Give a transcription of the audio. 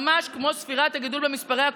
ממש כמו ספירת הגידול במספרי הקורונה.